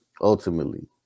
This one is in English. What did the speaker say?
ultimately